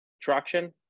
traction